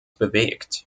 bewegt